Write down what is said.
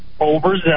overzealous